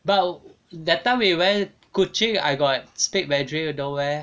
but that time we went kuching I got speak mandarin you no meh